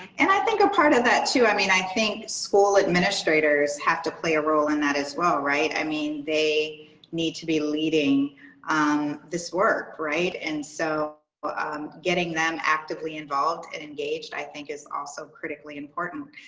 and i think a part of that, too, i mean i think school administrators have to play a role in that as well right? i mean they need to be leading um this work right? and so getting them actively involved and engaged i think is also critically important.